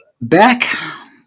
back